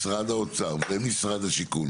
משרד האוצר ומשרד השיכון